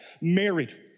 married